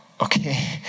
okay